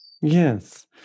yes